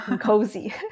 Cozy